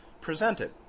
presented